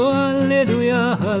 hallelujah